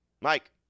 Mike